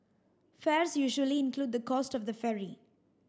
fares usually include the cost of the ferry